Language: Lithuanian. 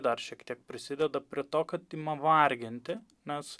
dar šiek tiek prisideda prie to kad ima varginti nes